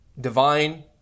Divine